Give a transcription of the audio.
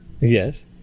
Yes